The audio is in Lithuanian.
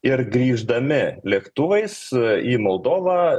ir grįždami lėktuvais į moldovą